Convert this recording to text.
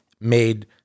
made